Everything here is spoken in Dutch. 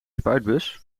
spuitbus